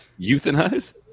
euthanize